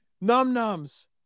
num-nums